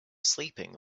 sleeping